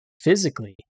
physically